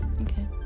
Okay